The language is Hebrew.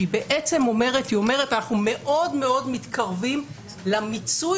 שאומרת: אנחנו מאוד מאוד מתקרבים למיצוי